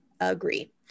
Agree